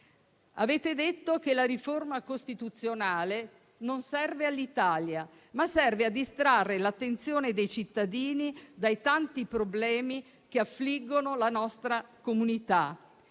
Avete detto che la riforma costituzionale serve non all'Italia, ma a distrarre l'attenzione dei cittadini dai tanti problemi che affliggono la nostra comunità.